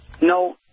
No